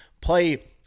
play